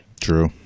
True